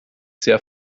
sehr